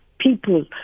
people